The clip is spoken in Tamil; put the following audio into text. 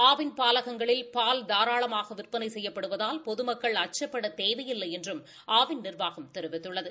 ஆவின் பாலகங்களில் பால் தாராளமாக விற்பனை செய்யப்படுவதால் பொதுமக்கள் அச்சப்படத் தேவையில்லை என்றும் ஆவின் நிர்வாகம் தெரிவித்துள்ளது